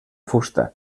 fusta